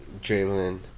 Jalen